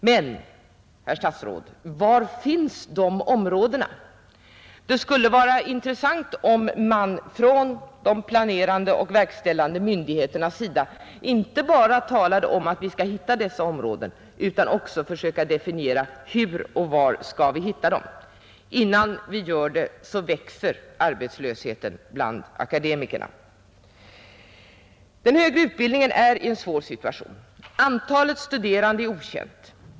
Men, herr statsråd, var finns de områdena? Det skulle vara intressant om man från de planerande och verkställande myndigheternas sida inte bara talade om att vi skall hitta dessa områden utan också försökte definiera hur och var vi skall hitta dem. Under tiden växer arbetslösheten bland akademikerna. Den högre utbildningen är i en svår situation. Antalet studerande är okänt.